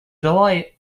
delight